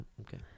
okay